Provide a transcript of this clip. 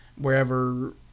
wherever